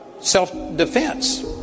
self-defense